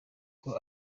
ngo